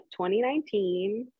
2019